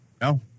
no